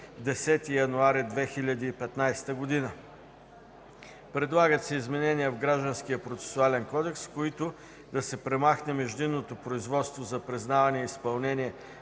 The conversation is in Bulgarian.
10 януари 2015 г. Предлагат се изменения в Гражданския процесуален кодекс, с които да се премахне междинното производство за признаване и изпълнение